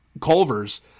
Culver's